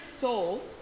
soul